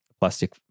plastic